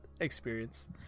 experience